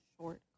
short